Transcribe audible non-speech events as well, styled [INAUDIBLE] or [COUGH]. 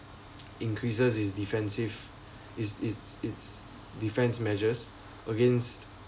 [NOISE] increases his defensive is it's it's defense measures against